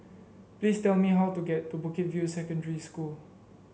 please tell me how to get to Bukit View Secondary School